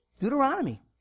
Deuteronomy